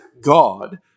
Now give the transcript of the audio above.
God